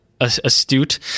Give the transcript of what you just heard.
astute